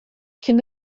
cyn